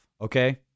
okay